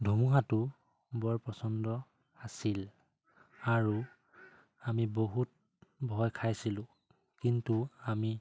ধুমুহাটো বৰ প্ৰচণ্ড আছিল আৰু আমি বহুত ভয় খাইছিলোঁ কিন্তু আমি